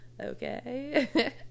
okay